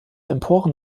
emporen